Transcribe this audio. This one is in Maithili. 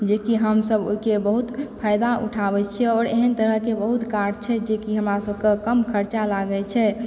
जेकि हम सब ओहिके बहुत फायदा उठाबै छियै आओर एहन तरहके बहुत कार्ड छै जेकि हमरा सब के कम खर्चा लागै छै